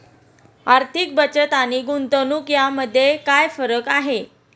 आर्थिक बचत आणि गुंतवणूक यामध्ये काय फरक आहे?